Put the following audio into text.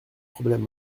problème